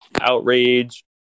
outrage